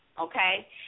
Okay